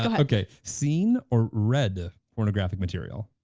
but okay, seen or read ah pornographic material?